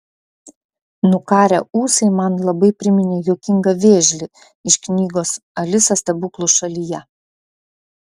nukarę ūsai man labai priminė juokingą vėžlį iš knygos alisa stebuklų šalyje